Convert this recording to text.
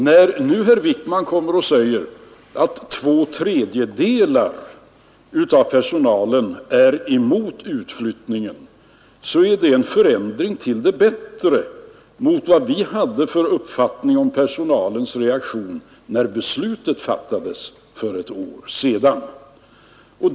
När nu herr Wijkman säger att två tredjedelar av personalen är emot utflyttning, innebär det en förändring till det bättre mot den uppfattning vi hade om personalens reaktion när beslutet fattades för ett år sedan.